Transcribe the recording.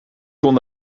kon